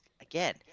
Again